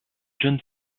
jeune